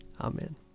Amen